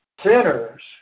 sinners